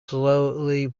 slowly